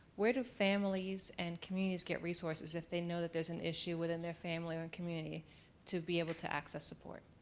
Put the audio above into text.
where do families and communities get resources if they know there's an issue within their family or and community to be able to access support?